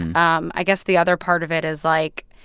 um i guess the other part of it is, like,